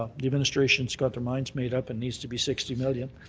ah the administration's got their minds made up and needs to be sixty million.